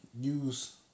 use